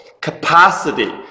capacity